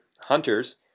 Hunters